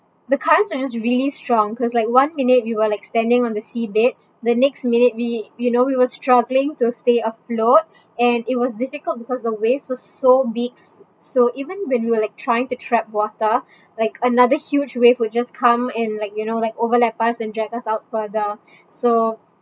the currents were just really strong because like one minute you were like standing on the seabed the next minute we you know we were struggling to stay afloat and it was difficult because the waves were so big s~ so even when we were like trying to tread water like another huge wave would just come and like you know like overlap us and drag us out further so